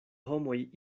homoj